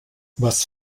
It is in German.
was